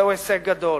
וזהו הישג גדול.